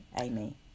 Amy